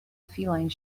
feline